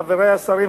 חברי השרים,